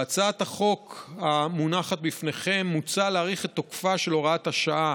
בהצעת החוק המונחת בפניכם מוצע להאריך את תוקפה של הוראת השעה